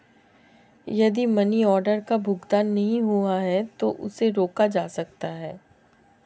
यदि money order का भुगतान नहीं हुआ है तो उसे रोका जा सकता है